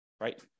right